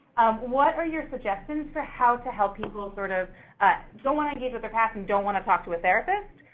what are your suggestions for how to help people sort of don't wanna engage with their past and don't wanna talk to a therapist?